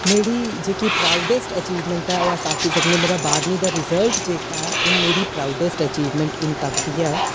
मेरी जेह्की proudest achievement ऐ ओह् अस आक्खी सकनेआं मेरा बाह्रमीं दा रिजल्ट जेह्का ऐ ओह् मेरी प्राऊडस अचीवमैंट हून तगर दी ऐ